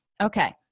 okay